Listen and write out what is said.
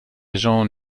jean